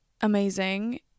amazing